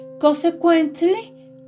Consequently